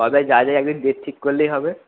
কবে যাবি একদিন ডেট ঠিক করলেই হবে